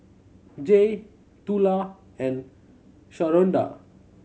Jaye Tula and Sharonda